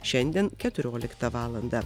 šiandien keturioliktą valandą